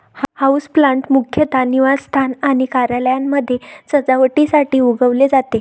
houseplant मुख्यतः निवासस्थान आणि कार्यालयांमध्ये सजावटीसाठी उगवले जाते